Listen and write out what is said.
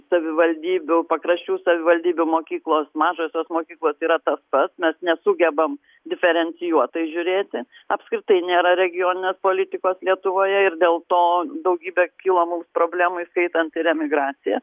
savivaldybių pakraščių savivaldybių mokyklos mažosios mokyklos yra tas pats mes nesugebam diferencijuotai žiūrėti apskritai nėra regioninės politikos lietuvoje ir dėl to daugybė kyla mums problemų įskaitant ir emigraciją